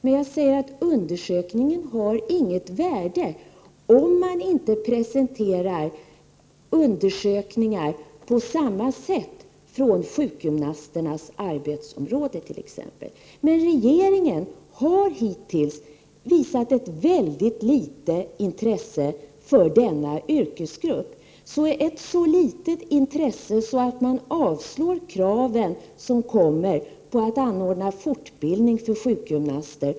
Men jag säger att undersökningen har inget värde om man inte presenterar undersökningar på samma sätt, från sjukgymnasternas arbetsområde t.ex. Regeringen har emellertid hittills visat ett mycket litet intresse för denna yrkesgrupp, ett så litet intresse att man säger nej till kraven på fortbildning av sjukgymnaster.